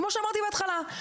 כמו שאמרתי בהתחלה,